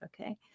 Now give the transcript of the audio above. Okay